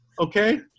Okay